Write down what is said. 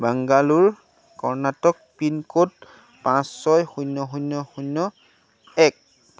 Bangalore Karnataka pin code পাঁচ ছয় শূন্য শূন্য শূন্য এক